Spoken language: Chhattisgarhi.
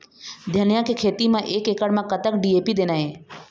धनिया के खेती म एक एकड़ म कतक डी.ए.पी देना ये?